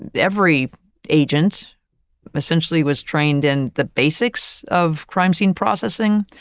and every agent essentially was trained in the basics of crime scene processing,